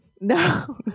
No